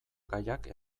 gaiak